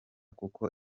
kuko